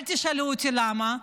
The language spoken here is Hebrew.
אל תשאלו אותי למה,